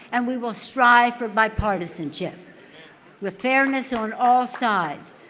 and we will strive for bipartisanship with fairness on all sides.